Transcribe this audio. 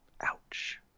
ouch